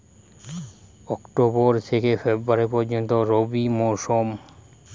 October থেকে February পর্যন্ত রবি মৌসুম